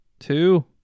Two